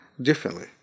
differently